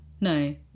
No